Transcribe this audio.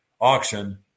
auction